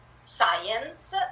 science